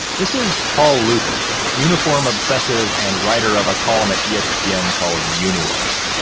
this is paul lukas, uniform obsessive and writer of a column at yeah espn yeah and called uniwatch.